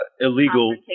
illegal